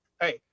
hey